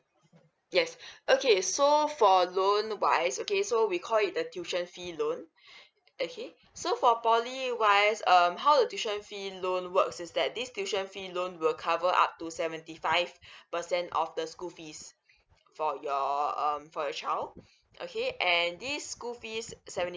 yes okay so for loan wise okay so we call it the tuition fee loan okay so for poly wise um how the tuition fee loan works is that this tuition fee loan will cover up to seventy five percent of the school fees for your um for your child okay and this school fees seventy